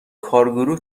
کارگروه